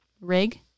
Rig